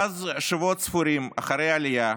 ואז, שבועות ספורים אחרי העלייה,